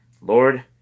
Lord